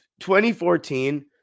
2014